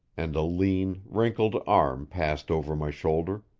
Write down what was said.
and a lean, wrinkled arm passed over my shoulder,